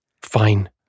Fine